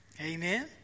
Amen